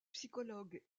psychologue